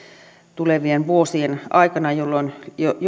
tulevien vuosien aikana